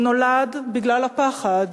הוא נולד בגלל הפחד